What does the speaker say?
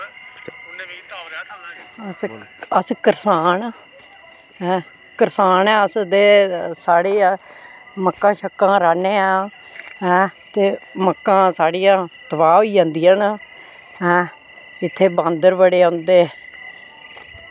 अस अस करसान करसान आं अस ते साढ़ी ऐ मक्कां शक्कां राह्न्ने आं ऐं ते मक्कां साढ़ियां तबाह् होई जंदियां न ऐं इत्थें बांदर बड़े औंदे